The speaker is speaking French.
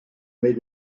mais